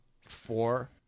four